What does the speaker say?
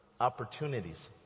Opportunities